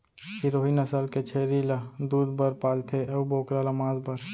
सिरोही नसल के छेरी ल दूद बर पालथें अउ बोकरा ल मांस बर